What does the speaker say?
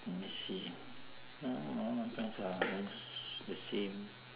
let me see the same